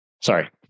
Sorry